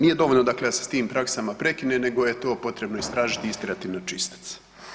Nije dovoljno dakle da se s tim praksama prekine nego je to potrebno istražiti i istjerati na čistac.